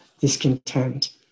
discontent